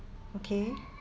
okay